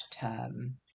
term